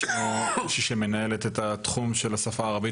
יש אצלנו מנהלת תחום השפה הערבית,